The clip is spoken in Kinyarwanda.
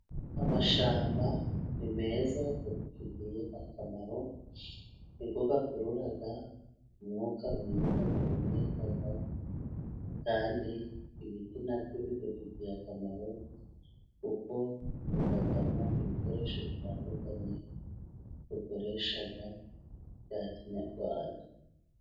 Amashyamba ni meza adufitiye akamaro, ni yo akurura umwuka mwiza duhumeka. Kandi ibiti na byo bidufitiye akamaro, kuko bivamo ibikoresho bitandukanye dukoresha bya kinyarwanda.